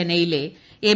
ചെന്നൈയിലെ എം